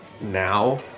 now